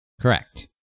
Correct